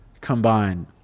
combined